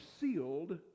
sealed